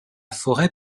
forêt